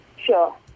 Sure